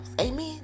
Amen